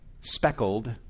speckled